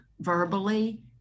verbally